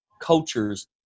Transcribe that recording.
cultures